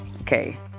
okay